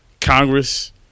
Congress